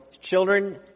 children